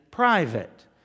Private